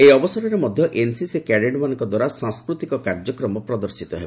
ଏହି ଅବସରରେ ମଧ୍ୟ ଏନ୍ସିସି କ୍ୟାଡେଟ୍ମାନଙ୍କ ଦ୍ୱାରା ସାଂସ୍କୃତିକ କାର୍ଯ୍ୟକ୍ରମ ପ୍ରଦର୍ଶିତ ହେବ